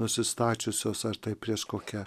nusistačiusios ar tai prieš kokią